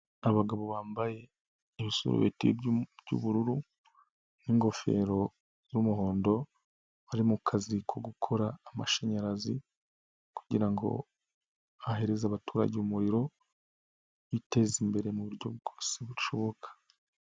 Abagabo bambaye ibisurubeti by'ubururu n'ingofero z'umuhondo bari kazi ko gukora amashanyarazi kugira ngo hahereza abaturage umuriro biteze imbere mu buryo bwose bushoboka.